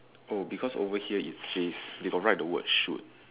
oh because over here is says they got write the word shoot